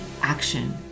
action